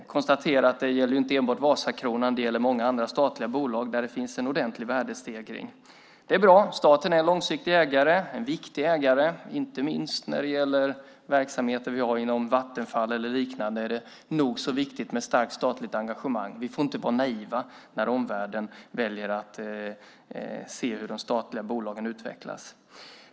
Jag konstaterar att det gäller inte enbart Vasakronan utan även många andra statliga bolag där det finns en ordentlig värdestegring. Det är bra. Staten är en långsiktig och viktig ägare. Inte minst när det gäller verksamheter vi har inom till exempel Vattenfall är det nog så viktigt med starkt statligt engagemang. Vi får inte vara naiva när omvärlden väljer att se hur de statliga bolagen utvecklas.